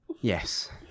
Yes